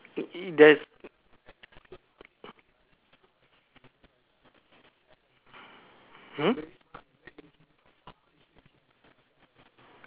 there's